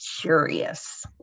curious